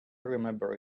remember